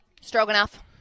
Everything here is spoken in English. Stroganoff